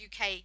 UK